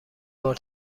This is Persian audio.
بار